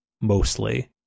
mostly